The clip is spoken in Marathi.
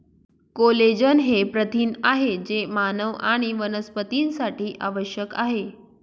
कोलेजन हे प्रथिन आहे जे मानव आणि वनस्पतींसाठी आवश्यक आहे